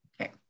Okay